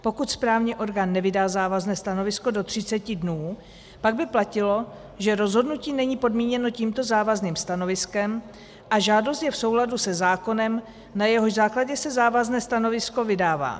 Pokud správní orgán nevydá závazné stanovisko do 30 dnů, pak by platilo, že rozhodnutí není podmíněno tímto závazným stanoviskem a žádost je v souladu se zákonem, na jehož základě se závazné stanovisko vydává.